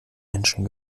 menschen